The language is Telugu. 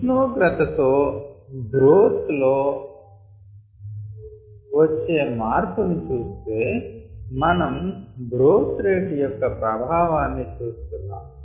ఉష్ణోగ్రత తో గ్రోత్ రేట్ లో వచ్చే మార్పు ని చూస్తే మనం గ్రోత్ రేట్ యొక్క ప్రభావాన్ని చూస్తున్నాం